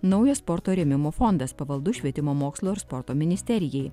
naujas sporto rėmimo fondas pavaldus švietimo mokslo ir sporto ministerijai